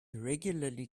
regularly